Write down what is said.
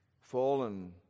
Fallen